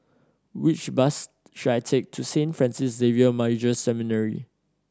which bus should I take to Saint Francis Xavier Major Seminary